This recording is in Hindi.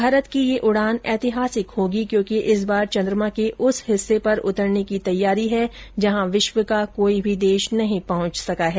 भारत की यह उडान ऐतिहासिक होगी क्योंकि इस बार चन्द्रमा के उस हिस्से पर उतरने की तैयारी है जहां विश्व का कोई भी देश नहीं पहुंच सका है